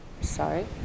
sorry